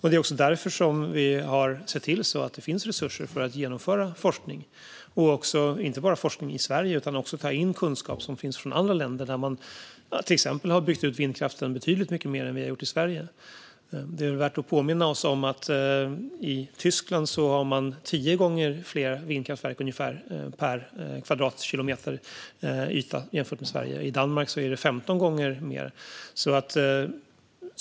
Det är också därför vi har sett till att det finns resurser för att inte bara genomföra forskning i Sverige utan också ta in kunskap från andra länder, exempelvis sådana där man har byggt ut vindkraften betydligt mer än vi har gjort i Sverige. Det är väl värt att påminna oss om att man i Tyskland har ungefär 10 gånger fler vindkraftverk per kvadratkilometer än i Sverige och att det i Danmark är 15 gånger fler.